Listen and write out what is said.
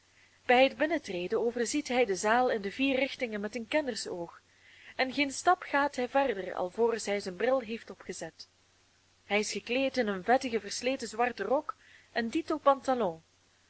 bij het binnentreden overziet hij de zaal in de vier richtingen met een kennersoog en geen stap gaat hij verder alvorens hij zijn bril heeft opgezet hij is gekleed in een vettigen versleten zwarten rok en dito pantalon